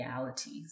realities